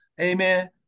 Amen